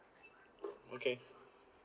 okay